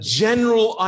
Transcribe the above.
general